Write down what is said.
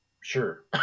sure